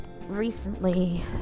recently